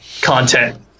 content